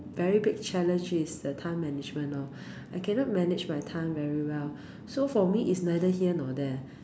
very big challenge is the time management loh I cannot manage my time very well so for me is neither here nor there